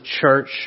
church